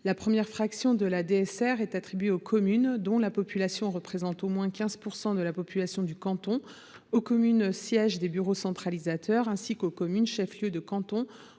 La première fraction de la DSR est attribuée aux communes dont la population représente au moins 15 % de la population du canton, aux communes sièges des bureaux centralisateurs ainsi qu’aux communes chefs lieux de canton